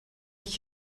ich